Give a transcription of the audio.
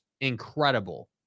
incredible